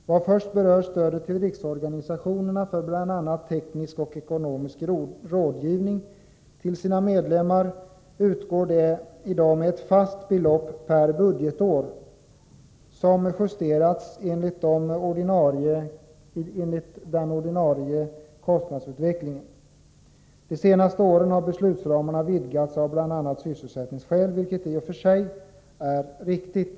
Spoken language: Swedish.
Vad först berör stödet till riksorganisationerna för bl.a. teknisk och ekonomisk rådgivning till sina medlemmar, utgår detta med ett fast belopp per budgetår, som justerats enligt den ordinarie kostnadsutvecklingen. De senaste åren har beslutsramarna vidgats av sysselsättningsskäl, vilket i och för sig är riktigt.